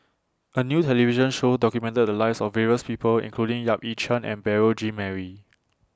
A New television Show documented The Lives of various People including Yap Ee Chian and Beurel Jean Marie